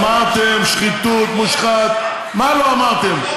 אמרתם: שחיתות, מושחת, מה לא אמרתם?